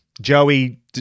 Joey